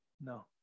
no